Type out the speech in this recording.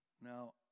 Now